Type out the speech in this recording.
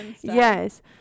Yes